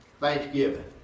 thanksgiving